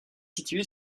située